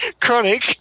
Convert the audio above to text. Chronic